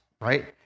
right